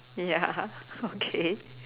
ya okay